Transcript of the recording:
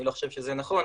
אני לא חושב שזה נכון,